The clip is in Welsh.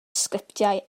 sgriptiau